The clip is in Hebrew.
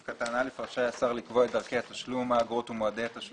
רשאי לקבוע אגרות כמפורט להלן: